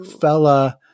Fella